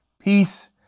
Peace